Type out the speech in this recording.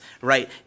right